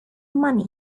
money